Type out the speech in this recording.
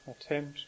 attempt